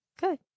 Good